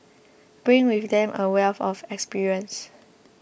bring with them a wealth of experience